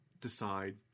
decide